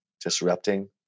disrupting